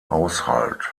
haushalt